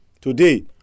Today